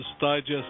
Digest